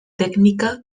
tècnica